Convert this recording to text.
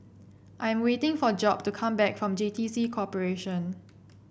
I'm waiting for Job to come back from J T C Corporation